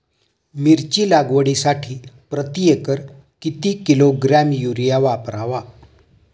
मिरची लागवडीसाठी प्रति एकर किती किलोग्रॅम युरिया वापरावा?